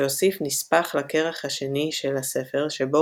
שהוסיף נספח לכרך השני של הספר שבו